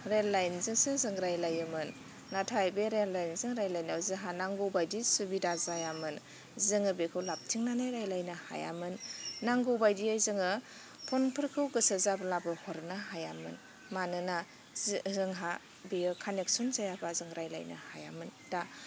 लेन्दलाइनजोंसो जों रायलायोंंमोन नाथाइ बे लेन्दलाइनजों रायलाइनाया जोंहा नांगौ बायदि सुबिदा जायामोन जोङो बेखौ लाबथिंनानै राइलायनो हायामोन नांगौ बायदियै जोङो फनफोरखौ गोसो जाब्लाबो हरनो हायामोन मानोना जि जोंहा बियो कानेकसन जायाबा जों रायलायनो हायामोन दा